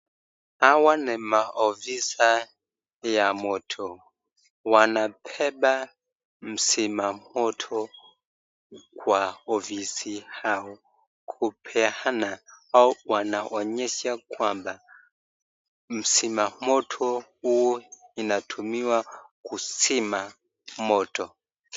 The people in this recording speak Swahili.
Hawa ni maofisa ya moto. Wanabeba mzima moto kwa ofisi au kupeana au wanaonyesha kwamba mzima moto huo inatumiwa kuzima moto.